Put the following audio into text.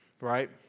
right